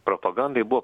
propagandai buvo